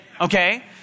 Okay